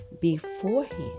beforehand